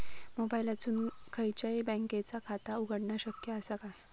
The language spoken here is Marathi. मोबाईलातसून खयच्याई बँकेचा खाता उघडणा शक्य असा काय?